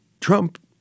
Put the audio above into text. Trump